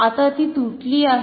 आता ती तुटली आहे